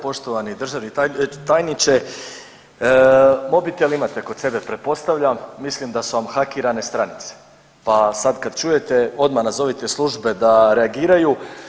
Poštovani državni tajniče, mobitel imate kod sebe pretpostavljam, mislim da su vam hakirane stranice, pa sad kad čujete odmah nazovite službe da reagiraju.